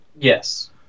Yes